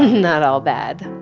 not all bad